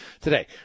today